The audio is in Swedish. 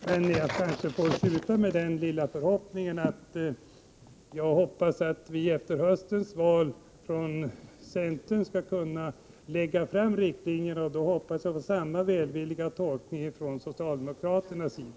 Men jag kanske får sluta mitt inlägg med förhoppningen att vi efter höstens val från centern skall kunna lägga fram riktlinjerna och då få uppleva samma välvilliga tolkning från socialdemokraternas sida.